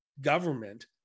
government